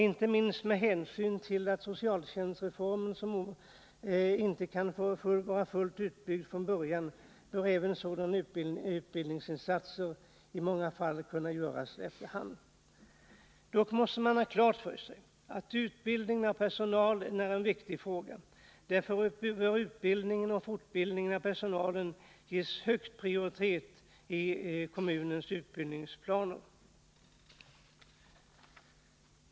Inte minst med hänsyn till att socialtjänstreformen inte kan vara fullt utbyggd från början bör även sådana utbildningsinsatsesr i många fall kunna göras efter hand. Dock måste man ha klart för sig att utbildningen av personalen är en viktig fråga. Därför bör utbildningen och fortbildningen av personalen ges hög prioritet i kommunens utbildningsplaner.